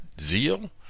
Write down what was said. zeal